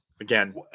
again